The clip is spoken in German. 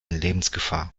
lebensgefahr